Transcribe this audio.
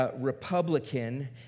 Republican